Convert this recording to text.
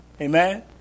Amen